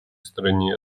стране